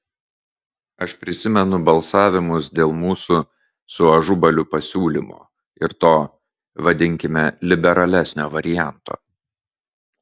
aš prisimenu balsavimus dėl mūsų su ažubaliu pasiūlymo ir to vadinkime liberalesnio varianto